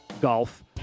golf